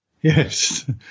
Yes